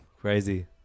Crazy